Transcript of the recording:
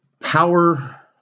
power